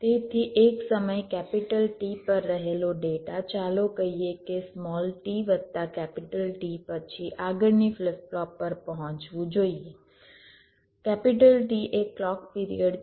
તેથી એક સમય T પર રહેલો ડેટા ચાલો કહીએ કે t વત્તા T પછી આગળની ફ્લિપ ફ્લોપ પર પહોંચવું જોઇએ T એ ક્લૉક પિરિયડ છે